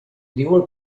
diuen